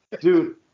Dude